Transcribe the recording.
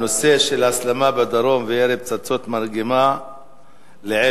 הנושא של ההסלמה בדרום וירי פצצות מרגמה לעבר